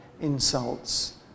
insults